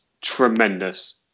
tremendous